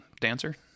Dancer